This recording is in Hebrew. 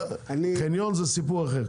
חניון זה סיפור אחר.